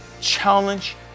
Challenge